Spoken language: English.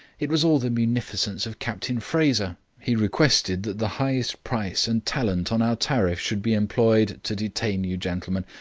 it was all the munificence of captain fraser. he requested that the highest price and talent on our tariff should be employed to detain you gentlemen.